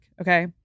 Okay